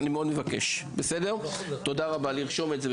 אני מבקש ממנהלת הוועדה לרשום את זה.